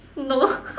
no